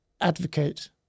advocate